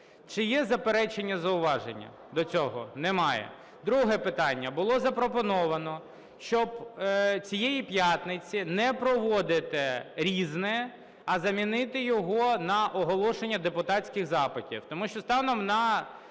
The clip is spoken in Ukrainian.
Чи є заперечення, зауваження до цього? Немає. Друге питання. Було запропоновано, щоб цієї п'ятниці не проводити "Різне", а замінити його на оголошення депутатських запитів, тому що станом на